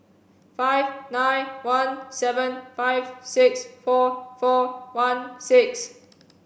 five nine one seven five six four four one six